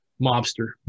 mobster